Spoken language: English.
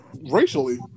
racially